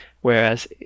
whereas